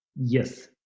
yes